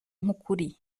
nk’ukuri